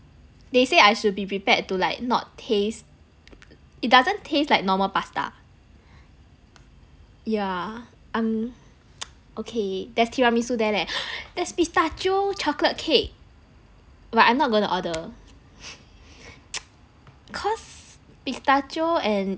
they say I should be prepared to like not taste it doesn't taste like normal pasta yeah I'm okay there's tiramisu there leh there's pistachio chocolate cake but I'm not gonna order cause pistachio and